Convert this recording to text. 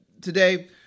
today